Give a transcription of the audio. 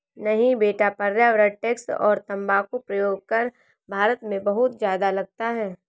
नहीं बेटा पर्यावरण टैक्स और तंबाकू प्रयोग कर भारत में बहुत ज्यादा लगता है